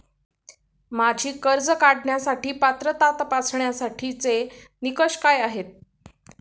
माझी कर्ज काढण्यासाठी पात्रता तपासण्यासाठीचे निकष काय आहेत?